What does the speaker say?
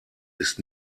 ist